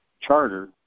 charter